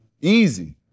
easy